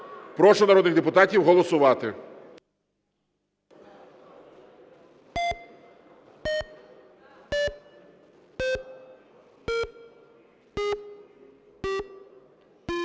Прошу народних депутатів голосувати.